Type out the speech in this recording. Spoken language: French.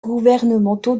gouvernementaux